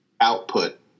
output